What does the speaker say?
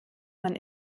man